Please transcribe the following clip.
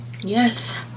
yes